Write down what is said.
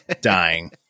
dying